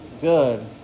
good